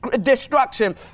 Destruction